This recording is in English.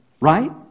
Right